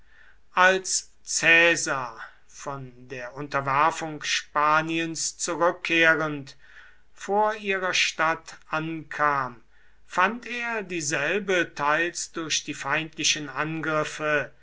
als caesar von der unterwerfung spaniens zurückkehrend vor ihrer stadt ankam fand er dieselbe teils durch die feindlichen angriffe